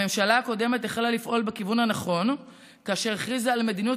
הממשלה הקודמת החלה לפעול בכיוון הנכון כאשר הכריזה על מדיניות